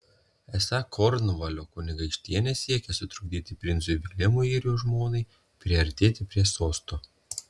esą kornvalio kunigaikštienė siekia sutrukdyti princui viljamui ir jo žmonai priartėti prie sosto